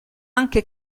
anche